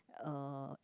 uh